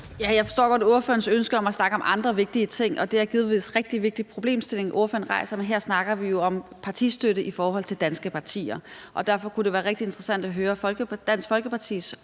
Jeg forstår godt ordførerens ønske om at snakke om andre vigtige ting, og det er givetvis en rigtig vigtig problemstilling, ordføreren rejser. Men her snakker vi jo om partistøtte i forhold til danske partier, og derfor kunne det være rigtig interessant at høre Dansk Folkepartis